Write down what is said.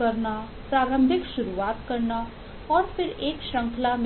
लाना है